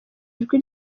ijwi